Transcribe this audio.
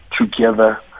together